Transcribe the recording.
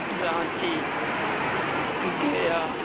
رانچی گیا